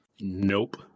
Nope